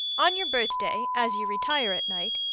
on your birthday, as you retire at night,